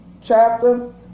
chapter